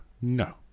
no